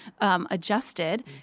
adjusted